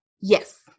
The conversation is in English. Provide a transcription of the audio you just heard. Yes